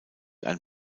ein